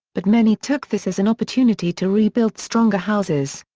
but many took this as an opportunity to rebuild stronger houses.